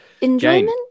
enjoyment